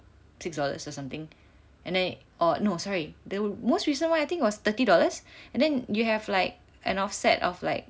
six dollars or something and then oh no sorry the most recent one I think was thirty dollars and then you have like an offset of like